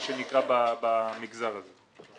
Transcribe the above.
מה שנקרא במגזר הזה.